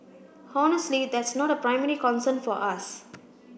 honestly that's not a primary concern for us